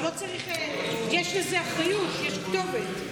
יש לזה אחריות, יש כתובת.